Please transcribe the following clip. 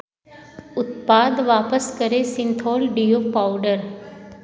उत्पाद वापस करें सिंथौल डीओ पाउडर